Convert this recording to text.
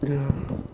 ya